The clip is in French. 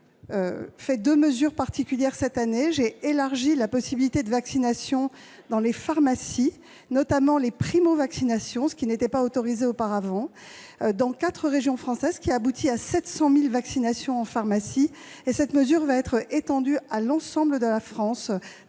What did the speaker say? j'ai pris deux mesures particulières cette année. D'une part, j'ai élargi la possibilité de vaccination dans les pharmacies, en autorisant notamment les primo-vaccinations, ce qui n'était pas le cas auparavant, dans quatre régions françaises. Cela a abouti à 700 000 vaccinations en pharmacie. Cette mesure sera étendue à l'ensemble de la France